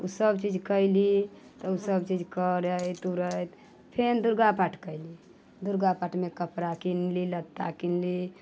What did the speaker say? ओ सब चीज कयली तऽ ओ सब चीज करैत ओरैत फेन दुर्गा पाठ कयली दुर्गा पाठमे कपड़ा कीनली लत्ता कीनली